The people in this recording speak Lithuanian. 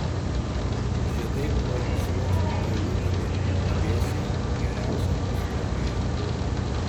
žiedai plonu sluoksniu džiovinami pavėsyje geriausia pastogėje